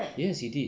yes he did